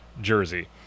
jersey